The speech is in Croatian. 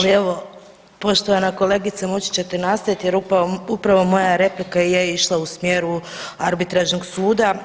Ali evo poštovana kolegice moći ćete nastaviti jer upravo moja replika je išla u smjeru Arbitražnog suda.